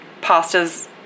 Pastas